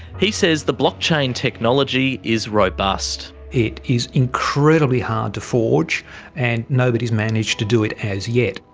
he says the blockchain technology is robust. it is incredibly hard to forge and nobody's managed to do it as yet.